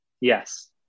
Yes